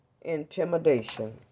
intimidation